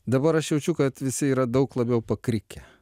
dabar aš jaučiu kad visi yra daug labiau pakrikę